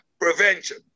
Prevention